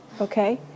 okay